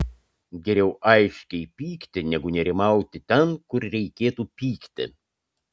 geriau aiškiai pykti negu nerimauti ten kur reikėtų pykti